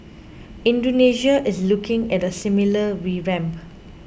Indonesia is looking at a similar revamp